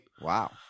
Wow